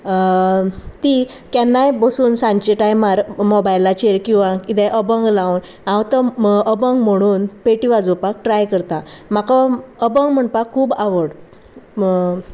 ती केन्नाय बसून सांच्या टायमार मोबायलाचेर किंवां कितेंय अभंग लावन हांव तो अभंग म्हणून पेटी वाजोवपाक ट्राय करता म्हाका अभंग म्हणपाक खूब आवड